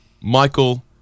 Michael